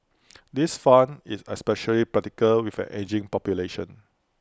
this fund is especially practical with an ageing population